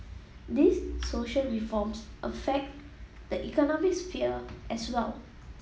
these social reforms affect the economic sphere as well